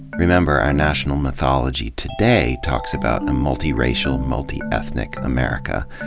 remember, our national mythology today talks about a multi-racial, multi-ethnic america,